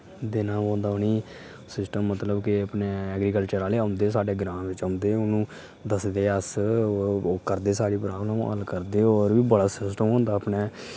देना पौंदा उ'ने ईं सिस्टम मतलब कि अपने ऐग्रिकल्चर आह्ले औंदे साढ़े ग्रांऽ बिच औंदे हुन ओह् दसदे अस ओह् करदे साढ़ी प्राब्लम हल करदे होर बी बड़ा सिस्टम होंदा अपने